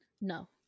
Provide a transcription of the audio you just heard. No